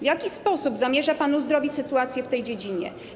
W jaki sposób zamierza pan uzdrowić sytuację w tej dziedzinie?